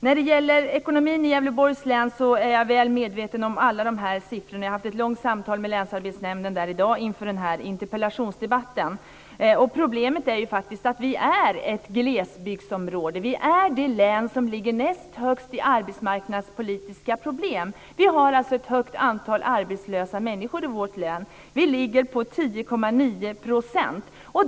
När det gäller ekonomin i Gävleborgs län är jag väl medveten om alla siffrorna. Jag har haft ett långt samtal med länsarbetsnämnden där i dag inför interpellationsdebatten. Problemet är att det är ett glesbygdsområde. Det är det län som ligger näst högst i arbetsmarknadspolitiska problem. Vi har ett stort antal arbetslösa människor i vårt län. Vi ligger på 10,9 %.